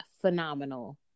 phenomenal